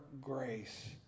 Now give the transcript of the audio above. grace